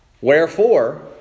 Wherefore